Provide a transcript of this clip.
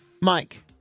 Mike